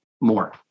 more